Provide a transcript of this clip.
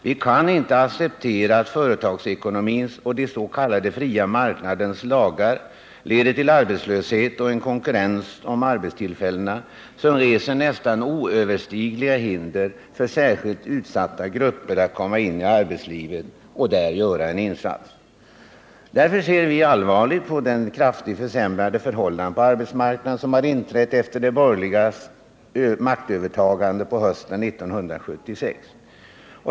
Vi kan inte acceptera att företagsekonomins och den s.k. fria marknadens lagar leder till arbetslöshet och en konkurrens om arbetstillfällena, som reser nästan oöverstigliga hinder för särskilt utsatta grupper att komma in i arbetslivet och där göra en insats. Därför ser vi allvarligt på de kraftigt försämrade förhållanden på arbetsmarknaden som har inträtt efter de borgerligas maktövertagande hösten 1976.